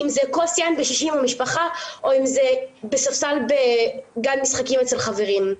אם זה כוס יין בשישי עם המשפחה או אם זה בספסל בגן משחקים אצל חברים.